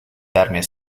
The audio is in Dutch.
daarmee